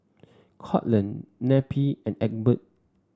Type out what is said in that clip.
Courtland Neppie and Egbert